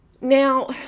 Now